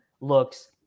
looks